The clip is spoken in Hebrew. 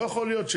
לא יכול להיות,